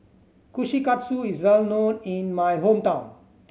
kushikatsu is well known in my hometown